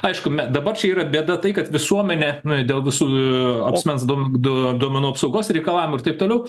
aišku me dabar čia yra bėda tai kad visuomenė dėl visų aa asmens duom duo duomenų apsaugos reikalavimų ir taip toliau